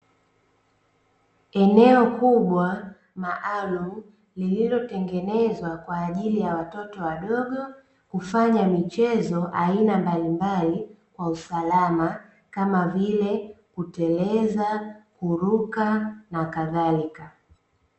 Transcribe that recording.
Eneo kubwa maalumu lililotengenezwa kwa ajili ya watoto wadogo, kufanya michezo aina mbalimbali kwa usalama kama vile kuteleza, kuruka na kadhalika.